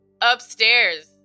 upstairs